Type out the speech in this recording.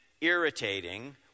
irritating